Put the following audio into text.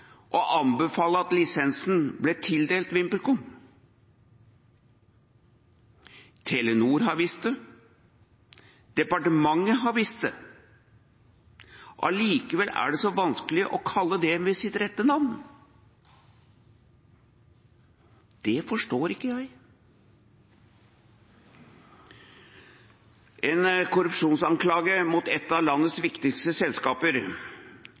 anbefale at lisensen ble tildelt VimpelCom. Telenor har visst det. Departementet har visst det. Allikevel er det så vanskelig å kalle det ved sitt rette navn. Det forstår ikke jeg. En korrupsjonsanklage mot et av landets viktigste selskaper